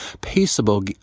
peaceable